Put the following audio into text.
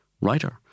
writer